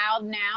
now